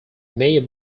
made